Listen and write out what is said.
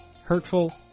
Hurtful